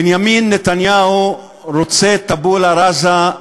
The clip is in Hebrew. בנימין נתניהו רוצה טבולה ראסה,